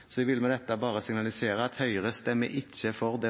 Så jeg vil med dette bare signalisere at Høyre ikke stemmer for det